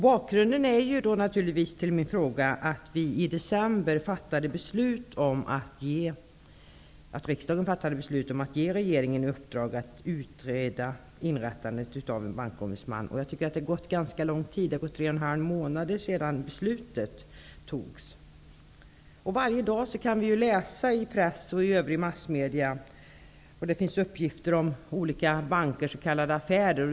Bakgrunden till min fråga är naturligtvis att riksdagen i december fattade beslut om att ge regeringen i uppdrag att utreda inrättandet av en bankombudsman. Jag tycker att det har gått ganska lång tid nu. Det har gått tre och en halv månad sedan beslutet fattades. Varje dag kan vi i press och övriga massmedier se uppgifter om olika bankers s.k. affärer.